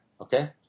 okay